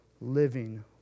living